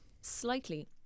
slightly